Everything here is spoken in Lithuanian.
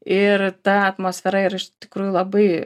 ir ta atmosfera ir iš tikrųjų labai